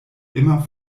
immer